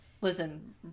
listen